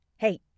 Hey